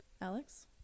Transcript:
Alex